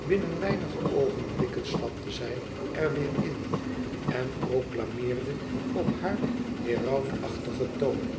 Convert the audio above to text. binnen weinige oogenblikken stapte zij er weer in en proclameerde op haar herautachtigen toon